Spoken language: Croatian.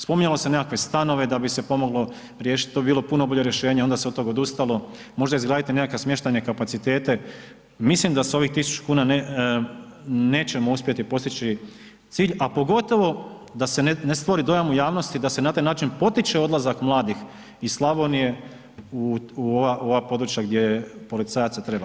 Spominjalo se nekakve stanove da bi se pomoglo riješiti, to bi bilo puno bolje rješenje, onda se od tog odustalo, možda izgraditi nekakve smještajne kapacitete, mislim da se ovih 1000 kuna nećemo uspjeti postići cilj, a pogotovo da se ne stvori dojam u jasnosti da se na taj način potiče odlazak mladih iz Slavonije u ova područja gdje policajaca treba.